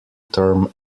term